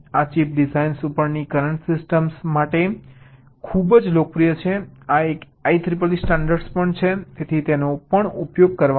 આ chip design ઉપરની current system માટે પણ ખૂબ જ લોકપ્રિય છે આ એક IEEE સ્ટાન્ડર્ડ પણ છે તેથી તેનો પણ ઉપયોગ કરવામાં આવે છે